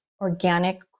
organic